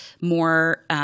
more